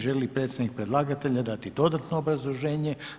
Želi li predstavnik predlagatelja dati dodatno obrazloženje?